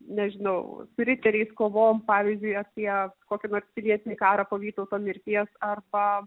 nežinau su riteriais kovom pavyzdžiui apie kokį nors pilietinį karą po vytauto mirties arba